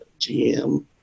GM